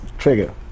trigger